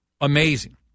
amazing